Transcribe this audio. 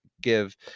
give